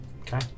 Okay